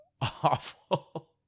awful